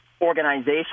organization